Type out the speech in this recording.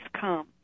come